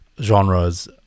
genres